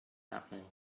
happening